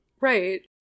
Right